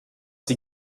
sie